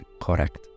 correct